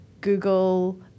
Google